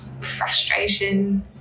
frustration